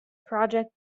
project